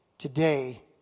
Today